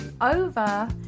over